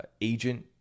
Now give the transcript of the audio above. agent